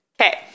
Okay